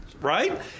Right